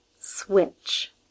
Switch